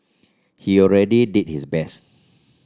he already did his best